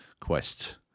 quest